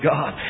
God